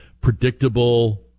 predictable